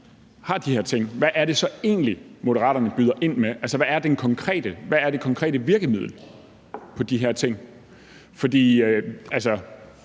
har de her ting: Hvad er det egentlig, Moderaterne byder ind med? Hvad er det konkrete virkemiddel? Man vil ikke vedkende sig,